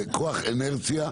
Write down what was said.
זה כוח אינרציה,